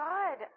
God